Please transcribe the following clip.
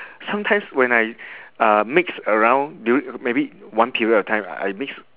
sometimes when I uh mix around dur~ maybe one period of time I mix